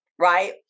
right